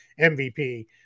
MVP